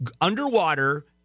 underwater